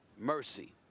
Mercy